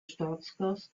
staatsgast